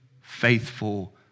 faithful